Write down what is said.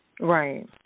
Right